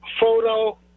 photo